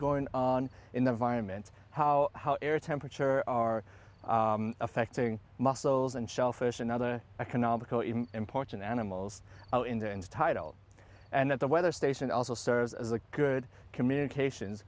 going on in the environment how how air temperature are affecting muscles and shellfish another economic important animals in the ns title and that the weather station also serves as a good communications